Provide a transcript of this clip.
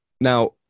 now